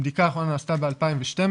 הבדיקה האחרונה נעשתה ב-2012,